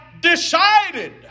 decided